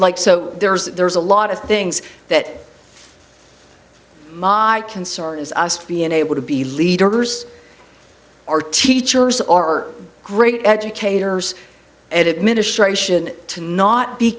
like so there's there's a lot of things that my concern is us be unable to be leaders or teachers or great educators and administration to not be